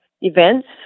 events